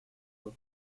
los